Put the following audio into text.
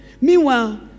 meanwhile